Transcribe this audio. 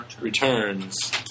returns